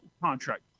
Contract